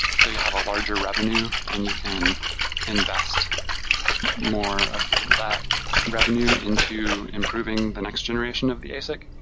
so you have a larger revenue and you can invest more of that revenue into improving the next generation of the asic.